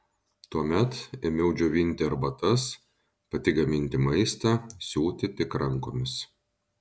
tuomet ėmiau džiovinti arbatas pati gaminti maistą siūti tik rankomis